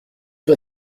toi